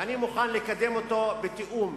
ואני מוכן לקדם אותו בתיאום,